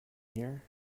here